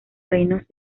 reinos